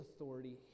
authority